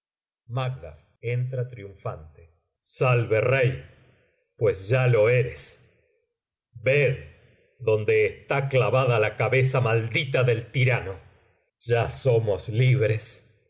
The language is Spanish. de trompetas macd entra triunfante salve rey pues ya lo eres ved donde está clavada la cabeza maldita del tirano ya somos libres